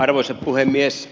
arvoisa puhemies